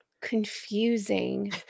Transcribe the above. confusing